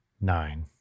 nine